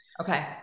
Okay